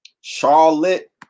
Charlotte